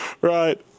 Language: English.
right